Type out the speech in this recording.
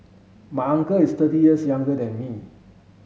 my uncle is thirty years younger than me